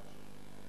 להצבעה.